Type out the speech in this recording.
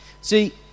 See